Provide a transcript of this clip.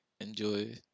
enjoy